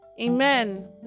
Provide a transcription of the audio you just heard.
Amen